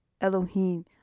Elohim